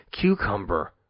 cucumber